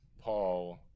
Paul